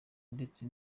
ndetse